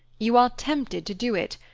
you are tempted to do it.